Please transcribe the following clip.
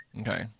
Okay